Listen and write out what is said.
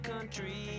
country